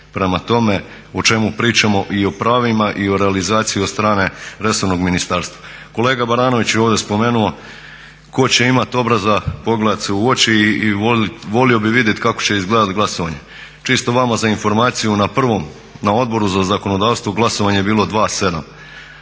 prema tome o čemu pričamo i o pravima i o realizaciji od strane resornog ministarstva. Kolega Baranović je ovdje spomenuo, tko će imat obraza pogledat se u oči i volio bih vidjet kako će izgledat glasovanje. Čisto vama za informaciju, na Odboru za zakonodavstvo glasovanje je bilo 2:7,